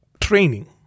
training